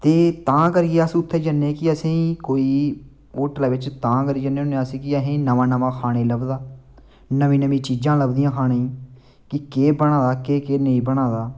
नां ते तां करियै अस उत्थै जन्ने की असेंगी कोई होटला बिच्च तां करिये जन्ने हुन्ने अस्स की असेंगी नमां नमां खाने गी लभदा नमीं नमीं चीजां लब्बदियां खाने गी की केह् बना दा केह् केह् नेईं बना दा